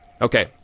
Okay